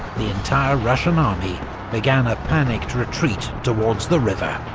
the entire russian army began a panicked retreat towards the river.